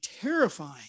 terrifying